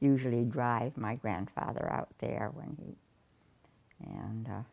usually drive my grandfather out there when and